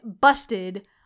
busted